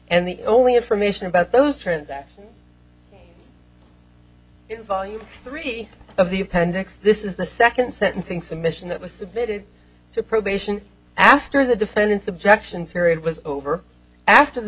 and the only information about those transaction volume three of the appendix this is the second sentencing submission that was submitted to probation after the defendant's objection period was over after the